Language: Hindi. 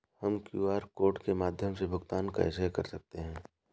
हम क्यू.आर कोड के माध्यम से भुगतान कैसे कर सकते हैं?